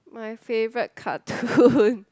my favourite cartoon